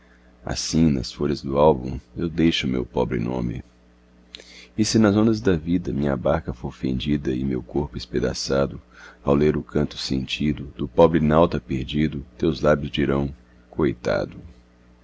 assim nas folhas do álbum eu deixo meu pobre nome e se nas ondas da vida minha barca for fendida e meu corpo espedaçado ao ler o canto sentido do pobre nauta perdido teus lábios dirão coitado